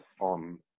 on